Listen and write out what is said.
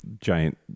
giant